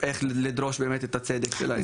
איך לדרוש באמת את הצדק שלהם.